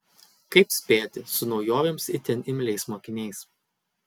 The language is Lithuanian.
kaip spėti su naujovėms itin imliais mokiniais